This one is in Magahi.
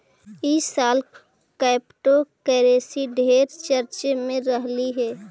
ई साल क्रिप्टोकरेंसी ढेर चर्चे में रहलई हे